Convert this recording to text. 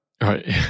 right